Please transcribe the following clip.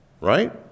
Right